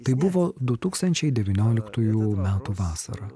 tai buvo du tūkstančiai devynioliktųjų metų vasara